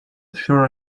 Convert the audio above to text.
sure